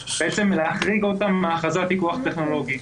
להחריג אותם מהכרזת פיקוח טכנולוגי.